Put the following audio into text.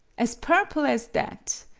as purple as that!